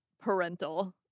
parental